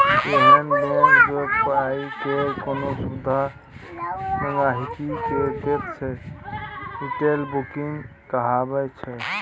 एहन बैंक जे पाइ केर कोनो सुविधा गांहिकी के दैत छै रिटेल बैंकिंग कहाबै छै